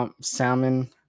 salmon